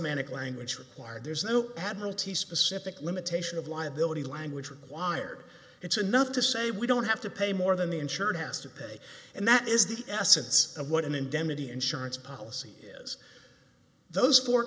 manic language required there's no admiralty specific limitation of liability language required it's enough to say we don't have to pay more than the insured has to pay and that is the essence of what an indemnity insurance policy is those four